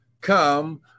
come